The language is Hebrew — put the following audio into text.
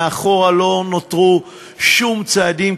מאחור לא נותרו שום צעדים,